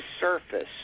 surface